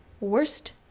worst